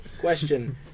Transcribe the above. Question